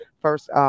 first